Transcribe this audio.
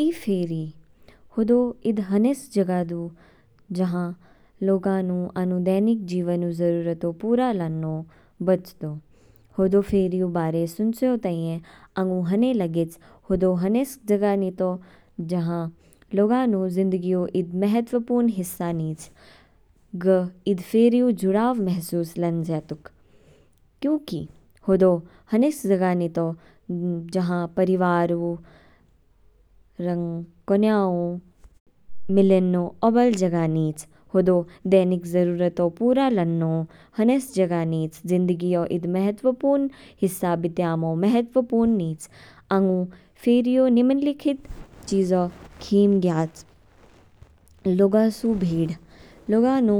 ई फेरी, हदौ ईद हनेस जगह दु, जहां लोगानु आनु दैनिक जीवनु जरुरतो पूरा लान्नौ बच दु। हदौ फेरी ऊ बारे सुनचयो ताइए आंगु हने लागेच, हदौ हनेस जगह नितौ, जहाँ लोगानु जिंदगी ऊ ईद महत्त्वपूर्ण हिस्सा निच। ग ईद फेरी ऊ जुड़ाव महसूस लानजया तुक, क्योंकि हदौ हनेस जगह नितौ जहाँ परिवारु रंग कौनया ऊ मिलेन्नौ औबल जगह निच। हदौ दैनिक जरुरतो पूरा लान्नौ हनेस जगह निच, जिदंगीऔ ईद महत्त्वपूर्ण हिस्सा बितयैमो महत्त्वपूर्ण निच। आंगु फेरीऔ निम्नलिखित चीजौ खीम ज्ञयाच, लौगस ऊ भीड़, लौगा नु